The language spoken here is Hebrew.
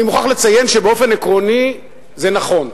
אני מוכרח לציין שבאופן עקרוני זה נכון.